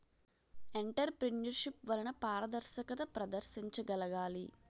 entrepreneurship వలన పారదర్శకత ప్రదర్శించగలగాలి